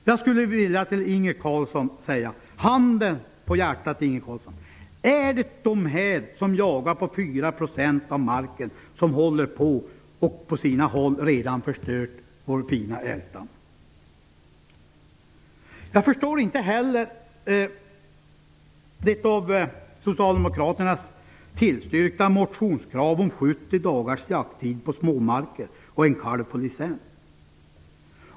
Jag skulle vilja fråga Inge Carlsson: Handen på hjärtat; är det de som jagar på 4 % av marken som håller på att förstöra -- och som på en del ställen redan har förstört -- vår fina älgstam? Jag förstår inte heller det av Socialdemokraterna tillstyrkta motionskravet om 70 dagars jakttid på småmarker och en kalv på licens.